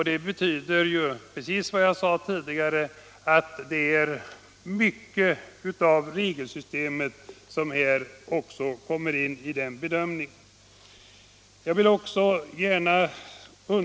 Det betyder, precis som jag sade tidigare, att mycket av regelsystemet här också kommer in i bedömningen.